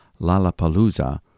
lalapalooza